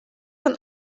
een